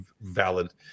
valid